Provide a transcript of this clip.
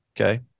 Okay